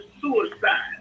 suicide